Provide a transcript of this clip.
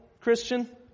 Christian